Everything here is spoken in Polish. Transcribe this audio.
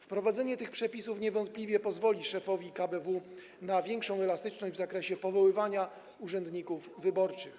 Wprowadzenie tych przepisów niewątpliwie pozwoli szefowi KBW na większą elastyczność w zakresie powoływania urzędników wyborczych,